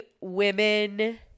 women